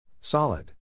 Solid